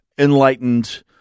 enlightened